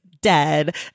dead